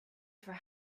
for